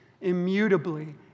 immutably